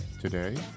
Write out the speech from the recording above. today